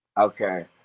Okay